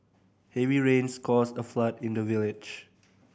heavy rains caused a flood in the village